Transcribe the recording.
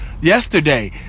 yesterday